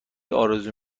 آرزو